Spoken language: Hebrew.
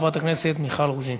חברת הכנסת מיכל רוזין.